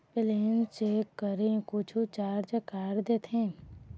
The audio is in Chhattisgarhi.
बैलेंस चेक करें कुछू चार्ज काट देथे?